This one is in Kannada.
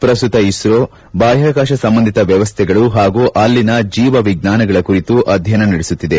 ಪ್ರಸ್ತುತ ಇಸ್ರೋ ಬಾಹ್ಯಾಕಾಶ ಸಂಬಂಧಿತ ವ್ಯವಸ್ಥೆಗಳು ಹಾಗೂ ಅಲ್ಲಿನ ಜೀವ ವಿಜ್ಞಾನಗಳ ಕುರಿತು ಅಧ್ಯಯನ ನಡೆಸುತ್ತಿದೆ